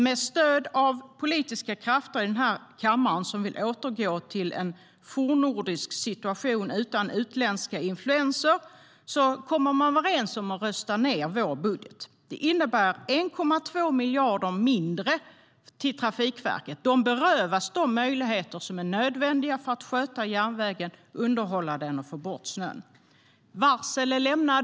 Med stöd av politiska krafter i den här kammaren, som vill återgå till en fornnordisk situation utan utländska influenser, kom man överens om att rösta ned vår budget. Det innebär 1,2 miljarder mindre till Trafikverket. De berövas de möjligheter som är nödvändiga för att sköta järnvägen, underhålla den och få bort snön. Varsel är lämnade.